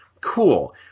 Cool